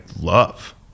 love